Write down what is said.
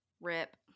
rip